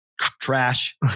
trash